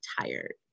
tired